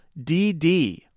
dd